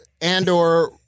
Andor